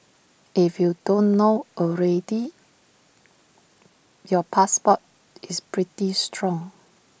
if you don't know already your passport is pretty strong